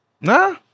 Nah